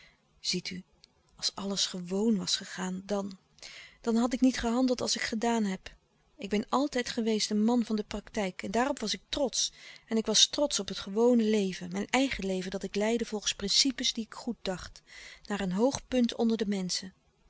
ziet u als alles gewoon was gegaan dan dan had ik niet gehandeld als ik gedaan heb ik ben altijd geweest een man van de praktijk en daarop was ik trotsch en ik was trotsch op het gewone leven mijn eigen leven dat ik leidde volgens principes die ik goed dacht naar een hoog punt onder de menschen